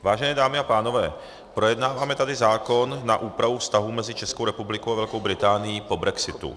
Vážené dámy a pánové, projednáváme tady zákon na úpravu vztahů mezi Českou republikou a Velkou Británií po brexitu.